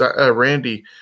Randy